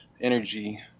energy